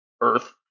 earth